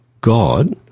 God